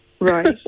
Right